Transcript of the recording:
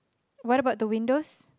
what about the windows